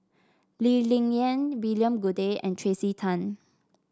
Lee Ling Yen William Goode and Tracey Tan